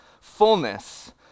fullness